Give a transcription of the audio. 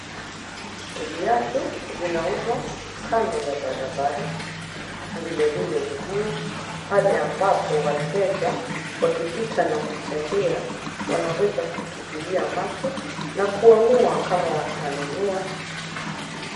Viatu vinauzwa kando ya barabara, vilevile nguo pahali ambapo wateja wakipita na kutembea wanaweza kutupilia macho na kuamua kama watanunua.